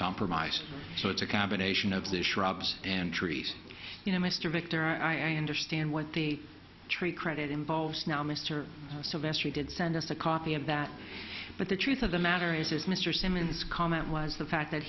compromise so it's a combination of the shrubs and trees you know mr victor i understand what the tree credit involves now mr sylvester did send us a copy of that but the truth of the matter is is mr simmons comment was the fact that